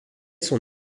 son